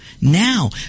now